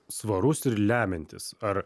svarus ir lemiantis ar